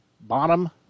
Bottom